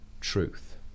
truth